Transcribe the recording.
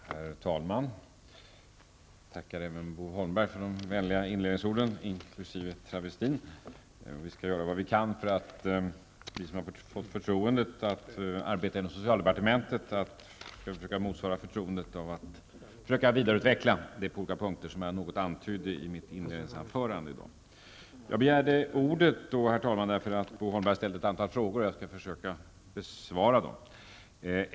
Herr talman! Jag tackar även Bo Holmberg för de vänliga inledningsorden inkl. travestin. Vi som har fått förtroendet att arbeta inom socialdepartementet skall göra vad vi kan för att motsvara detta förtroende. Jag skall försöka vidareutveckla några punkter som jag antydde i mitt inledningsanförande. Jag begärde ordet därför att Bo Holmberg ställde ett antal frågor, och jag skall försöka besvara dem.